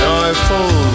Joyful